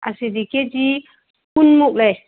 ꯑꯁꯤꯗꯤ ꯀꯦꯖꯤ ꯀꯨꯟꯃꯨꯛ ꯂꯩ